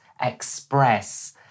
express